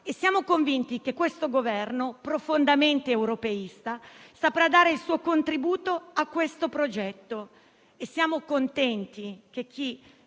e siamo convinti che questo Governo, profondamente europeista, saprà dare il suo contributo a tale progetto. Siamo contenti che chi